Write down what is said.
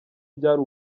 byari